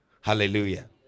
Hallelujah